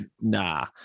nah